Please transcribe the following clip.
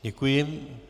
Děkuji.